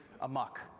amok